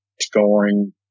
Scoring